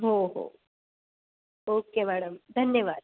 हो हो okay madam धन्यवाद